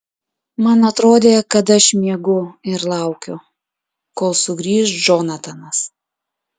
man atrodė kad aš miegu ir laukiu kol sugrįš džonatanas